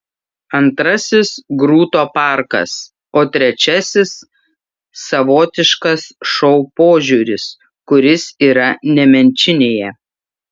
antrasis grūto parkas o trečiasis savotiškas šou požiūris kuris yra nemenčinėje